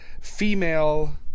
female